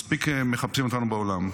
מספיק מחפשים אותנו בעולם.